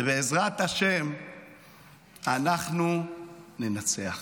ובעזרת השם אנחנו ננצח.